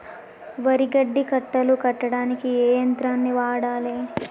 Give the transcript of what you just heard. వరి గడ్డి కట్టలు కట్టడానికి ఏ యంత్రాన్ని వాడాలే?